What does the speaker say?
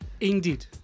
Indeed